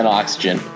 oxygen